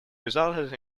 resulted